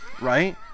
Right